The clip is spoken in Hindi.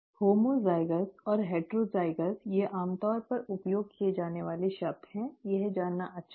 होमोज़ाइगस और हेटरोज़ाइगस ये आमतौर पर उपयोग किए जाने वाले शब्द हैं यह जानना अच्छा है